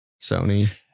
Sony